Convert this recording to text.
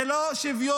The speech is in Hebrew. זה לא שוויון,